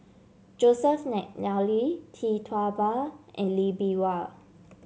Joseph McNally Tee Tua Ba and Lee Bee Wah